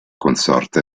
consorte